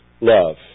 love